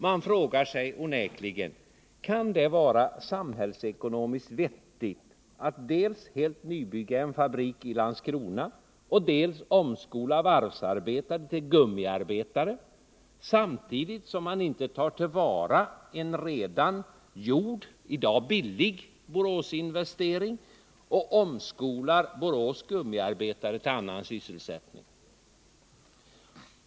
Man frågar sig onekligen: Kan det vara samhällsekonomiskt vettigt att dels helt nybygga en fabrik i Landskrona, dels omskola varvsarbetare till gummiarbetare samtidigt som man inte tar till vara en redan gjord — i dag billig — Boråsinvestering och omskolar Borås gummiarbetare till annan sysselsättning?